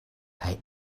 kaj